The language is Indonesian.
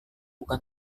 bukan